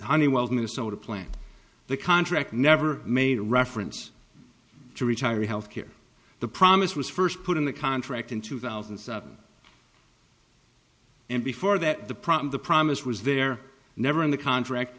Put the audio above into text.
honeywell minnesota plant the contract never made reference to retiree health care the promise was first put in the contract in two thousand and seven and before that the problem the promise was there never in the contract